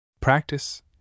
Practice